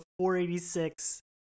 486